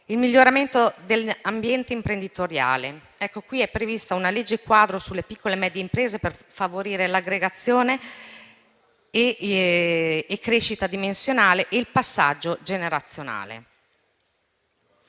Sul miglioramento dell'ambiente imprenditoriale è prevista una legge quadro sulle piccole e medie imprese, per favorire l'aggregazione, la crescita dimensionale e il passaggio generazionale.